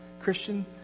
Christian